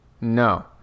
no